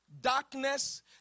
Darkness